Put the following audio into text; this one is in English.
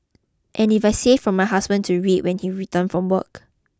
and I saved it for my husband to read when he returned from work